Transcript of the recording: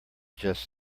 just